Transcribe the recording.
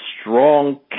strong